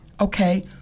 Okay